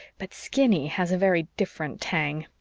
but skinny has a very different tang.